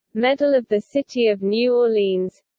medal of the city of new orleans